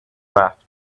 laughed